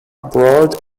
broad